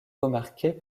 remarquer